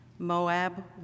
Moab